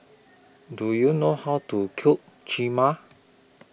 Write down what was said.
Do YOU know How to Cook Cheema